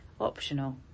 Optional